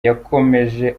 yakomeje